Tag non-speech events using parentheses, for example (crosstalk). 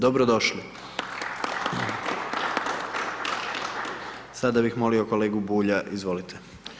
Dobro došli. … (applause) Sada bih molimo kolegu Bulja, izvolite.